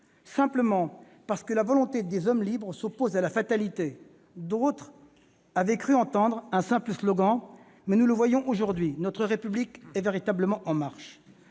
simplement parce que la volonté des hommes libres s'oppose à la fatalité. D'autres avaient cru entendre un simple slogan, mais nous le voyons aujourd'hui : notre République est véritablement en marche.